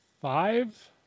five